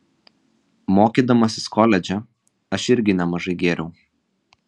mokydamasis koledže aš irgi nemažai gėriau